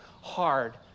hard